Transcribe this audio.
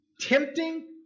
tempting